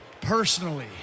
personally